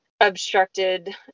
obstructed